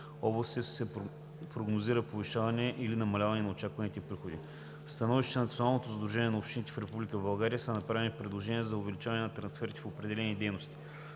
области се прогнозира повишаване или намаляване на очакваните приходи. В становището на Националното сдружение на общините в Република България са направени предложения за увеличаване на трансферите в определени дейности.